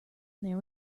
there